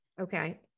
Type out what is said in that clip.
Okay